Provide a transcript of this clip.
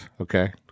okay